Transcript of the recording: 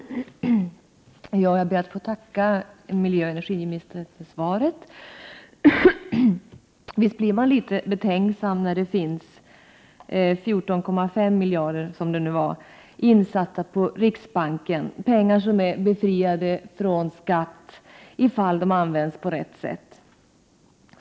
Herr talman! Jag ber att få tacka miljöoch energiministern för svaret. Visst blir man litet betänksam när det finns 14,5 miljarder, som det nu var, insatta på riksbanken, pengar som är befriade från skatt ifall de används på rätt sätt.